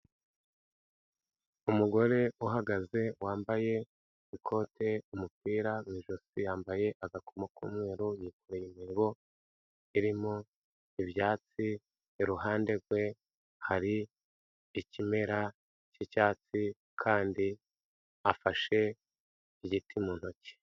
Umugore uhagaze wambaye ikote, umupira mu ijosi yambaye agakomo k'umweru, yikore intebo irimo ibyatsi, iruhande rwe hari ikimera cy'icyatsi kandi afashe igiti mu ntoki.